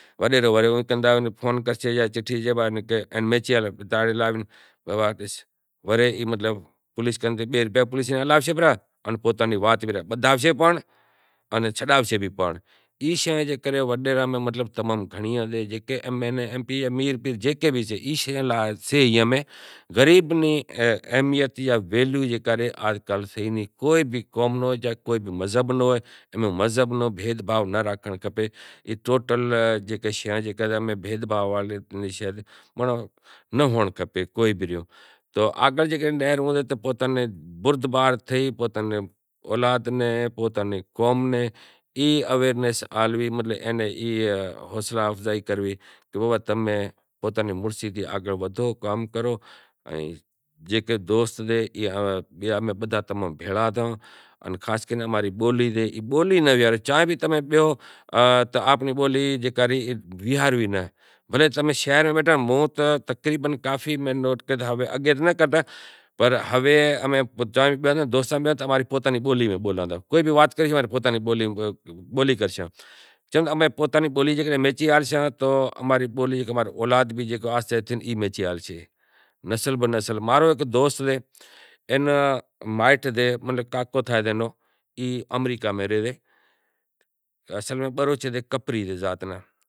وڈیرو وڑے او فون کرشے جاں چٹھی آلشے پوتاں نیں بدہاووشے بھی پانڑ ان چھڈاوشے بھی پانڑ۔ اے ٹوٹل شیاں جیکو بھید بھاو نیاں ناں ہوئنڑ کھپے بردبار تھئی ای اویئرنیس آلنڑی کہ بھائی مڑس مانڑو تھے کام کرو۔ خاش کرے بولی ناں ویہارو چائیں بھی تمیں آنپڑی بولی ویہارو ناں بھلیں تمیں شہر میں بیٹھا رہو۔ چم کہ پوتاں نیں بولی امیں میچی ہلشاں تو اماں ری اولاد بھی ای بولی میچی ہالشے۔ نسل بہ نسل ماں رو ہیک دوست سے جکے رو کاکو آمریکا میں رہے ریو۔